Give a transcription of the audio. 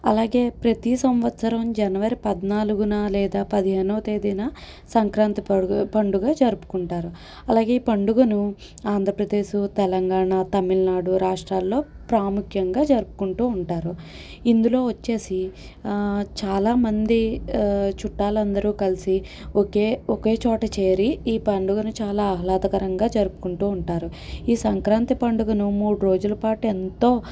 అలాగే ప్రతి సంవత్సరం జనవరి పద్నాలుగున లేదా పదిహేనవ తేదీన సంక్రాంతి పండు పండుగ జరుపుకుంటారు అలాగే ఈ పండుగను ఆంధ్రప్రదేశ్ తెలంగాణ తమిళనాడు రాష్ట్రాల్లో ప్రాముఖ్యంగా జరుపుకుంటూ ఉంటారు ఇందులో వచ్చేసి చాలామంది చుట్టాలందరూ కలిసి ఒకే ఒకే చోట చేరి ఈ పండుగను చాలా ఆహ్లాదకరంగా జరుపుకుంటూ ఉంటారు ఈ సంక్రాంతి పండుగను మూడు రోజులపాటు ఎంతో